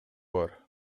бар